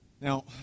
Now